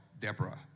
Deborah